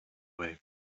way